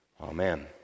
Amen